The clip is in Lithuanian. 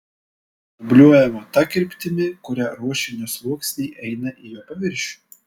obliuojama ta kryptimi kuria ruošinio sluoksniai eina į jo paviršių